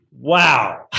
Wow